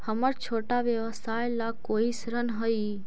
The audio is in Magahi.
हमर छोटा व्यवसाय ला कोई ऋण हई?